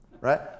Right